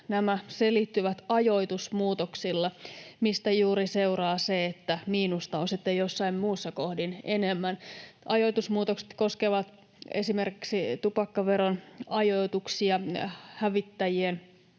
nämä selittyvät ajoitusmuutoksilla, mistä juuri seuraa se, että miinusta on sitten jossain muussa kohdin enemmän. Ajoitusmuutokset koskevat esimerkiksi tupakkaveron ajoituksia, hävittäjiin